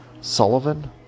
Sullivan